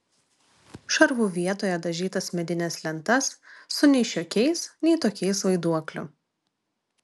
šarvu vietoje dažytas medines lentas su nei šiokiais nei tokiais vaiduokliu